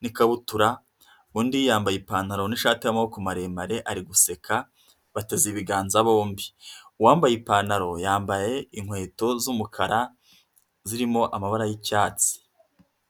n'ikabutura, undi yambaye ipantaro n'ishati y'amaboko maremare ari guseka, bateze ibiganza bombi. Uwambaye ipantaro yambaye inkweto z'umukara zirimo amabara y'icyatsi.